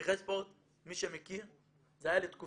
פרחי ספורט, מי שמכיר, זה היה לתקופה.